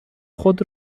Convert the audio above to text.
خود